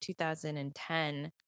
2010